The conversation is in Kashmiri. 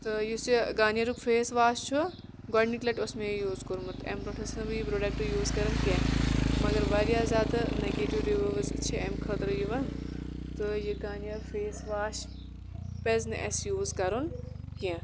تہٕ یُس یہِ گارنیرُک فیس واش چھُ گۄڈٕنِکہِ لَٹہِ اوس مےٚ یہِ یوٗز کوٚرمُت اَمہِ برۄنٛٹھ ٲسٕس نہٕ بہٕ یہِ برۄڈکٹ یوٗز کران کیٚنٛہہ مَگر واریاہ زیادٕ نَگیٹِو رِوِوٕز چھِ اَمہِ خٲطرٕ یِوان تہٕ یہِ گارنیر فیس واش پَزِ نہٕ اَسہِ یوٗز کَرُن کیٚنٛہہ